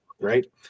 right